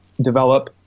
develop